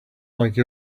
like